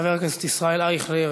חבר הכנסת ישראל אייכלר,